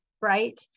right